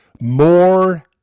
More